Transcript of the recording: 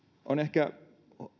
on ehkä